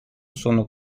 sono